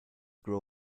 grow